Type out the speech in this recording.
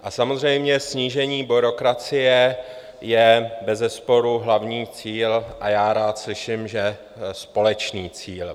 A samozřejmě snížení byrokracie je bezesporu hlavní cíl a já rád slyším, že společný cíl.